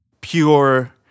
pure